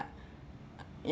ya